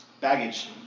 baggage